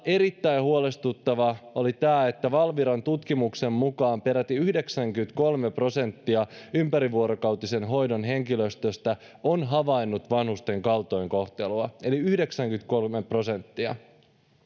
erittäin huolestuttava oli muun muassa tämä että valviran tutkimuksen mukaan peräti yhdeksänkymmentäkolme prosenttia ympärivuorokautisen hoidon henkilöstöstä on havainnut vanhusten kaltoinkohtelua eli yhdeksänkymmentäkolme prosenttia